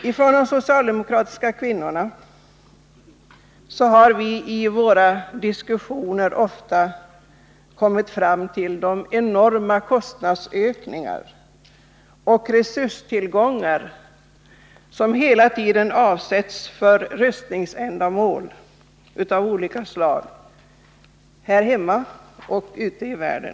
Vi socialdemokratiska kvinnor har i våra diskussioner ofta berört de enorma summor och resurser som avsätts för rustningsändamål av olika slag — här hemma och ute i världen.